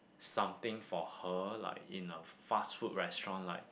something for her like in a fast food restaurant like